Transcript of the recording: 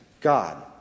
God